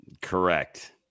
Correct